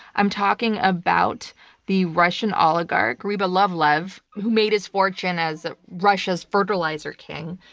i'm talking about the russian ah oligarch rybolovlev, who made his fortune as russia's fertilizer king.